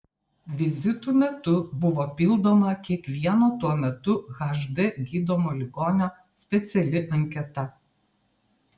vizitų metu buvo pildoma kiekvieno tuo metu hd gydomo ligonio speciali anketa